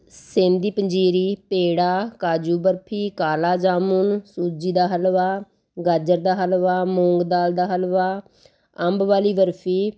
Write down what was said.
ਸੇਂਦੀ ਪੰਜੀਰੀ ਪੇੜਾ ਕਾਜੂ ਬਰਫੀ ਕਾਲਾ ਜਾਮੁਨ ਸੂਜੀ ਦਾ ਹਲਵਾ ਗਾਜਰ ਦਾ ਹਲਵਾ ਮੂੰਗ ਦਾਲ ਦਾ ਹਲਵਾ ਅੰਬ ਵਾਲੀ ਬਰਫੀ